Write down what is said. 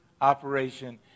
operation